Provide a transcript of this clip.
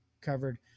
covered